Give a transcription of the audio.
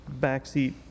backseat